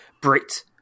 Brit